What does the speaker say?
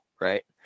right